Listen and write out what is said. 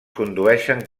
condueixen